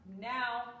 now